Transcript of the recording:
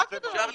אפשר לבדוק.